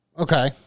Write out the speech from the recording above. Okay